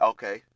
Okay